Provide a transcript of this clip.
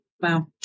Wow